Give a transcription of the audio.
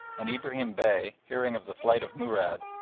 and ibrahim bey, hearing of the flight of murad,